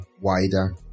wider